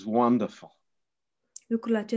wonderful